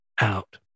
out